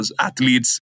athletes